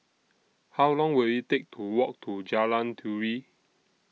How Long Will IT Take to Walk to Jalan Turi